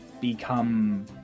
become